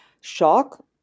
Shock